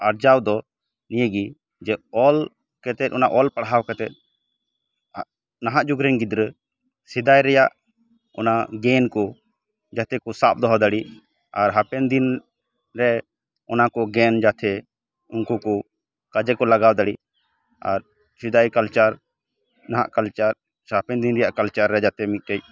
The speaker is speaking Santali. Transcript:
ᱟᱨᱡᱟᱣ ᱫᱚ ᱱᱤᱭᱟᱹ ᱜᱮ ᱡᱮ ᱚᱞ ᱠᱟᱛᱮᱜ ᱚᱱᱟ ᱚᱞ ᱯᱟᱲᱦᱟᱣ ᱠᱟᱛᱮᱜ ᱱᱟᱦᱟᱜ ᱡᱩᱜᱽ ᱨᱮᱱ ᱜᱤᱫᱽᱨᱟᱹ ᱥᱮᱫᱟᱭ ᱨᱮᱭᱟᱜ ᱚᱱᱟ ᱜᱮᱱ ᱠᱚ ᱡᱟᱛᱮ ᱠᱚ ᱥᱟᱵ ᱫᱚᱦᱚ ᱫᱟᱲᱮᱜ ᱟᱨ ᱦᱟᱯᱮᱱ ᱫᱤᱱ ᱨᱮ ᱚᱱᱟ ᱠᱚ ᱜᱮᱱ ᱡᱟᱛᱮ ᱩᱝᱠᱩ ᱠᱚ ᱠᱟᱡᱽ ᱨᱮᱠᱚ ᱞᱟᱜᱟᱣ ᱫᱟᱲᱮᱜ ᱟᱨ ᱥᱮᱫᱟᱭ ᱠᱟᱞᱪᱟᱨ ᱱᱟᱦᱟᱜ ᱠᱟᱞᱪᱟᱨ ᱦᱟᱯᱮᱱ ᱰᱤᱱ ᱨᱮᱭᱟᱜ ᱠᱟᱞᱪᱟᱨ ᱨᱮ ᱡᱟᱛᱮ ᱢᱤᱜᱴᱮᱡ